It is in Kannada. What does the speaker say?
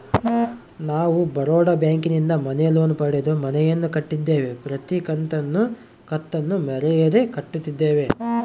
ನಾವು ಬರೋಡ ಬ್ಯಾಂಕಿನಿಂದ ಮನೆ ಲೋನ್ ಪಡೆದು ಮನೆಯನ್ನು ಕಟ್ಟಿದ್ದೇವೆ, ಪ್ರತಿ ಕತ್ತನ್ನು ಮರೆಯದೆ ಕಟ್ಟುತ್ತಿದ್ದೇವೆ